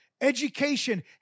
education